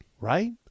right